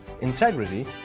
integrity